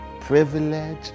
privilege